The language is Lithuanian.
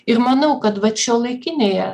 ir manau kad vat šiuolaikinėje